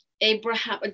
Abraham